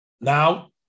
now